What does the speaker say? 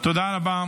תודה רבה.